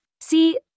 See